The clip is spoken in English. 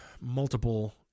multiple